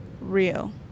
real